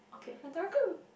Hataraku